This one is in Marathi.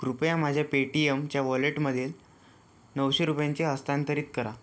कृपया माझ्या पेटीएमच्या वॉलेटमध्ये नऊशे रुपयांचे हस्तांतरित करा